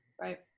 Right